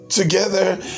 Together